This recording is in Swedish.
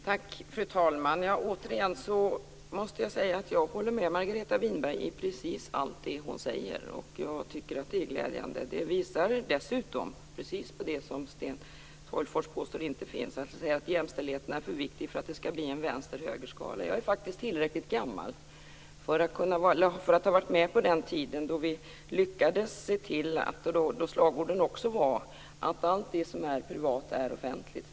Fru talman! Återigen måste jag säga att jag håller med Margareta Winberg i precis allt hon säger. Jag tycker att det är glädjande. Det visar dessutom på precis det som Sten Tolgfors påstår inte finns, att jämställdheten är för viktig för att det skall bli en vänster-högerskala. Jag är faktiskt tillräckligt gammal för att ha varit med på den tiden då slagorden var: Allt som är privat är offentligt!